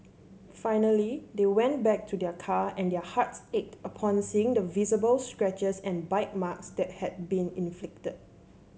finally they went back to their car and their hearts ached upon seeing the visible scratches and bite marks that had been inflicted